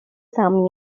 some